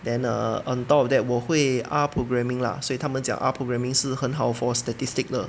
then err on top of that 我会 R programming lah 所以他们讲 R programming 是很好 for statistics 的